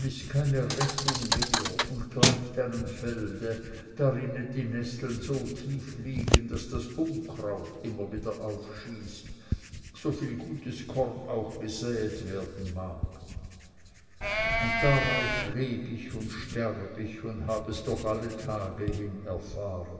keine rettung mehr und gleicht einem felde darinnen die nesseln so tief liegen daß das unkraut immer wieder aufschießt soviel gutes korn auch gesäet werden mag und darauf leb ich und sterb ich und hab es durch alle tage hin erfahren